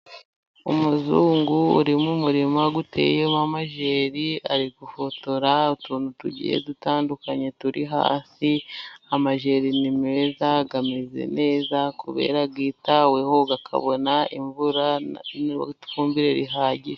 Umuzungu urimu murima uteyemo amajeri, ari gufotora utuntu tugiye dutandukanye turi hasi, amajeri ni meza, ameze neza, kubera yitaweho akabona imvura n'ifumbire ihagije.